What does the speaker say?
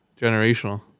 generational